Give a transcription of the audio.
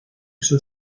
eso